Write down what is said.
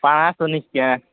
ପାଞ୍ଚ ଶହ ନିକେ